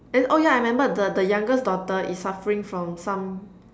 and oh yeah I remember the the youngest daughter is suffering from some